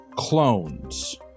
clones